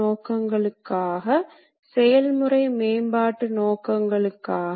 இயந்திரங்களால் குறுக்கிடப்பட்டு செயல்படுத்தப்படும் செயல்பாடுகளை விவரிக்கிறோம்